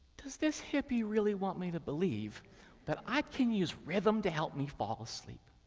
does this hippie really want me to believe that i can use rhythm to help me fall asleep?